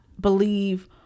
believe